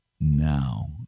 now